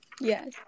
Yes